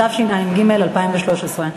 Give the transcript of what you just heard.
התשע"ג 2013,